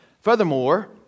Furthermore